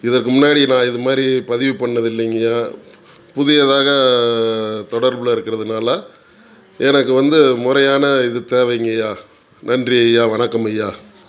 இதற்கு முன்னாடி நான் இது மாதிரி பதிவு பண்ணிணது இல்லைங்கய்யா புதியதாக தொடர்பில் இருக்கிறதுனால எனக்கு வந்து முறையான இது தேவைங்கய்யா நன்றி ஐயா வணக்கம் ஐயா